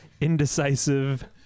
indecisive